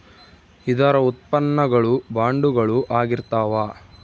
ಇದರ ಉತ್ಪನ್ನ ಗಳು ಬಾಂಡುಗಳು ಆಗಿರ್ತಾವ